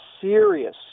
serious